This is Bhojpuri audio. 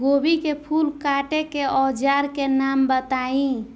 गोभी के फूल काटे के औज़ार के नाम बताई?